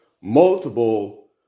multiple